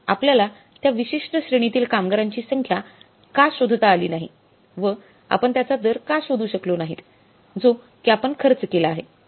आपल्याला त्या विशिष्ट श्रेणीतील कामगारांची संख्या का शोधता अली नाही व आपण त्याचा दर का शोधू शकलो नाहीत जो कि आपण खर्च केला आहे